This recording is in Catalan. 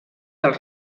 del